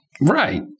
Right